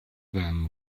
them